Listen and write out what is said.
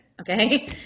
okay